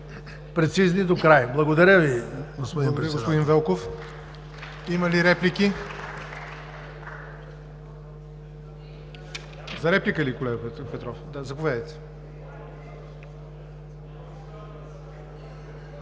прецизни докрай. Благодаря Ви, господин Председател.